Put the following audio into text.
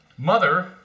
Mother